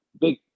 big